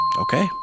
Okay